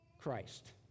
Christ